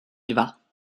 dva